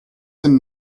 sind